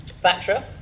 Thatcher